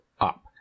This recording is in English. up